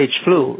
H-flu